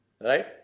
Right